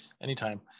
Anytime